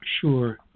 Sure